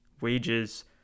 wages